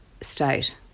state